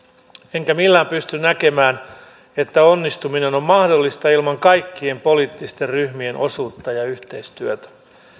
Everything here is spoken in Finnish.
enkä millään pysty näkemään että onnistuminen on mahdollista ilman kaikkien poliittisten ryhmien osuutta ja yhteistyötä